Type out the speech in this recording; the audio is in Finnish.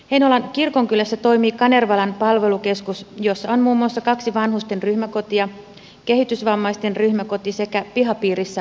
heinolan kirkonkylässä toimii kanervalan palvelukeskus jossa on muun muassa kaksi vanhusten ryhmäkotia kehitysvammaisten ryhmäkoti sekä pihapiirissä pari rivitaloa